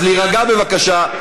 אז להירגע, בבקשה.